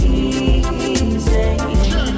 easy